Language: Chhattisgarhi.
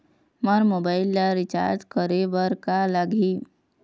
मोर मोबाइल ला रिचार्ज करे बर का लगही?